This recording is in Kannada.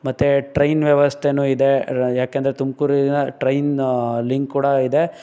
ಮತ್ತು ಟ್ರೈನ್ ವ್ಯವಸ್ಥೆಯೂ ಇದೆ ಯಾಕೆಂದರೆ ತುಮ್ಕೂರಿಂದ ಟ್ರೈನ್ ಲಿಂಕ್ ಕೂಡ ಇದೆ